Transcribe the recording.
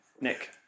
Nick